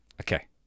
okay